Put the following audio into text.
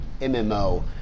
MMO